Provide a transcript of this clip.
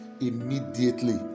immediately